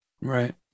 right